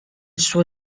suo